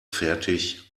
fertig